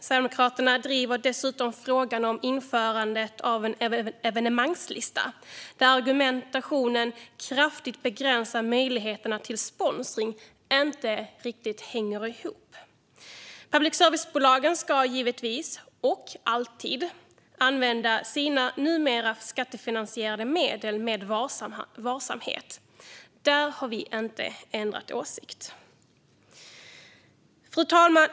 Sverigedemokraterna driver dessutom frågan om införandet av en evenemangslista, där argumentationen "kraftigt begränsa möjligheterna till sponsring" inte riktigt hänger ihop. Public service-bolagen ska givetvis, och alltid, använda sina numera skattefinansierade medel med varsamhet. Där har vi inte ändrat åsikt. Fru talman!